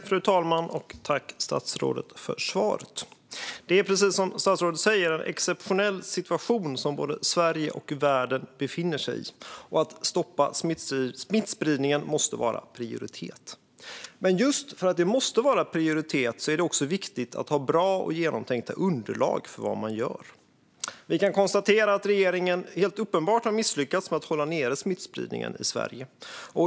Fru talman! Tack, statsrådet, för svaret! Det är, precis som statsrådet säger, en exceptionell situation som Sverige och resten av världen befinner sig i. Att stoppa smittspridningen måste vara prioriterat. Men just för att det måste vara prioriterat är det viktigt att ha bra och genomtänkta underlag för det man gör. Det är uppenbart att regeringen har misslyckats med att hålla nere smittspridningen i Sverige.